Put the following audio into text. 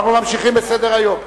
אנחנו ממשיכים בסדר-היום: